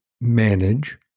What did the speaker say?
manage